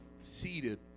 seated